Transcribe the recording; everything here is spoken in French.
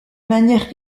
manière